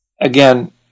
again